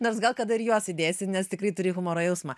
nors gal kada ir juos įdėsi nes tikrai turi humoro jausmą